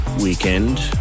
weekend